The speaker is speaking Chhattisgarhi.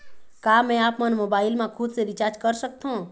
का मैं आपमन मोबाइल मा खुद से रिचार्ज कर सकथों?